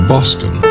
Boston